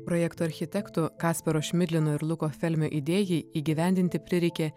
projekto architektų kasparo šmilino ir luko felmio idėjai įgyvendinti prireikė